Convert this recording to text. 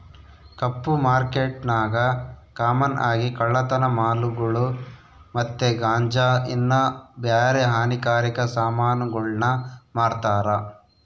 ಕಪ್ಪು ಮಾರ್ಕೆಟ್ನಾಗ ಕಾಮನ್ ಆಗಿ ಕಳ್ಳತನ ಮಾಲುಗುಳು ಮತ್ತೆ ಗಾಂಜಾ ಇನ್ನ ಬ್ಯಾರೆ ಹಾನಿಕಾರಕ ಸಾಮಾನುಗುಳ್ನ ಮಾರ್ತಾರ